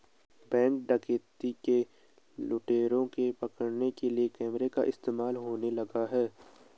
Bank डकैती के लुटेरों को पकड़ने के लिए कैमरा का इस्तेमाल होने लगा है?